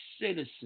citizen